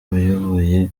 wayoboye